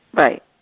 Right